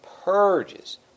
purges